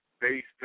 based